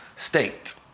State